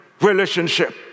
relationship